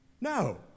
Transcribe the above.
No